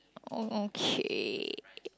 oh okay